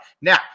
now